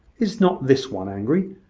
is not this one angry?